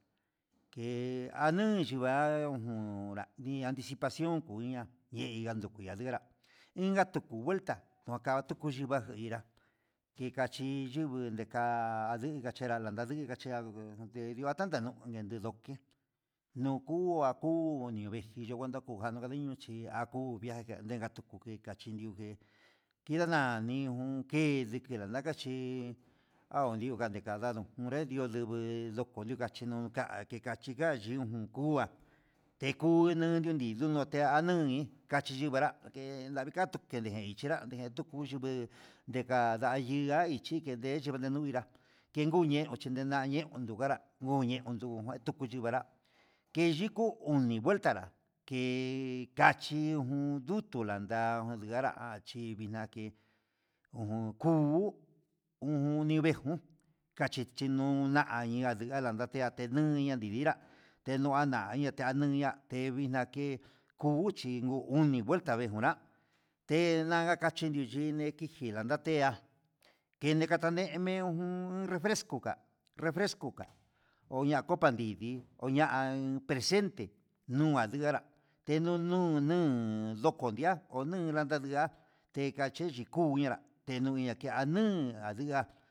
Kee anuyu va'a nun ni aninri anticipación ngureña kandu kuii anra inka tu vuelta atuku chiva'a inra ticachí tundeka ndukachera nde dnio kuanta no'o ndediko nuu ku naku kuvechi novechi ninguanta ndakadiño chí naku naka kuke achí niuje kedada niu dekararo niudu ndikani karado niukuchinu nda keka chiun ku'a teku no nondiu no ti'a nuin kachi no anrá ke'e langato ke ndichera ndajen niku chuku yuve'e, deka hiyinga dechike ndei ndejuvinrá en nguu ñe'e ndekan nguñe ndachinra dekunduñe tiku kunguenrá, ke yiko oni ngueltanrá ke kachi yanda ndukunra chi vixnake ujun kuu ujun nivejón, kachichi nonaya naningu ndanda tea ninuña ndii ndira tenua naya'a teominra anuña tevix nake'e kuu uchi uun oni vuelta vengunrá tenga kachi nuyini ijilandea kene kataneme jun refresco ka refresco ka oña kuta nrivii oñan presente nu'a nduanra tenuu nun nun ndoko ndia onun ulanda nga tekachechi kuu ñenra tenuña nguian nun ndunga.